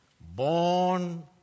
born